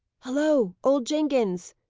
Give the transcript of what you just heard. holloa, old jenkins,